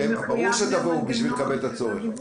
ברור שתבואו בשביל לקבל את הצורך.